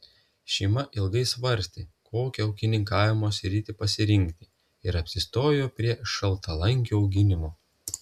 šeima ilgai svarstė kokią ūkininkavimo sritį pasirinkti ir apsistojo prie šaltalankių auginimo